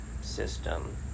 system